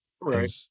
Right